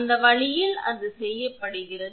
அந்த வழியில் அது செய்யப்படுகிறது